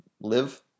live